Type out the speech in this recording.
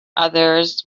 others